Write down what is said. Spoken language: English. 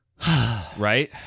Right